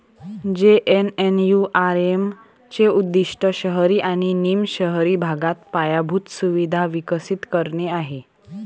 JNNURM चे उद्दीष्ट शहरी आणि निम शहरी भागात पायाभूत सुविधा विकसित करणे आहे